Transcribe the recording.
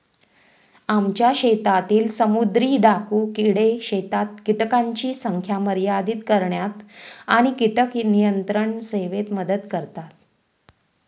आमच्या शेतातील समुद्री डाकू किडे शेतात कीटकांची संख्या मर्यादित करण्यात आणि कीटक नियंत्रण सेवेत मदत करतात